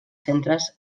centres